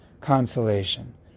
consolation